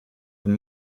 and